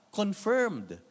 confirmed